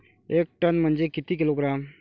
एक टन म्हनजे किती किलोग्रॅम?